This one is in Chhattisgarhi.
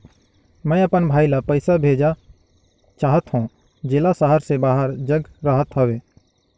मैं अपन भाई ल पइसा भेजा चाहत हों, जेला शहर से बाहर जग रहत हवे